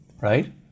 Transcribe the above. right